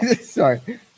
Sorry